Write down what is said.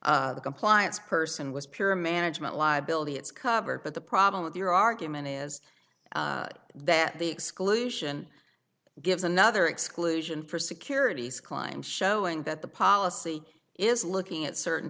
and the compliance person was pure management liability is covered but the problem with your argument is that the exclusion gives another exclusion for securities climb showing that policy is looking at certain